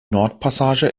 nordpassage